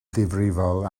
ddifrifol